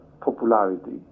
popularity